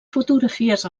fotografies